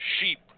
sheep